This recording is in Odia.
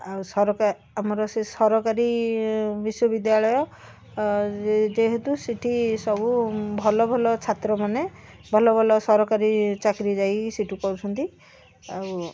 ଆଉ ସରକାର ଆମର ସେ ସରକାରୀ ବିଶ୍ୱବିଦ୍ୟାଳୟ ଯେହେତୁ ସେଠି ସବୁ ଭଲ ଭଲ ଛାତ୍ର ମାନେ ଭଲ ଭଲ ସରକାରୀ ଚାକିରି ଯାଇ ସେଠୁ କରୁଛନ୍ତି ଆଉ